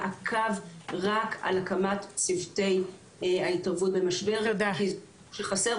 מעקב רק על הקמת צוותי ההתערבות במשבר כי זה מה שחסר,